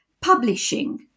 publishing